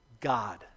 God